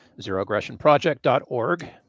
zeroaggressionproject.org